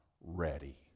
ready